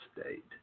State